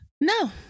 No